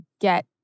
get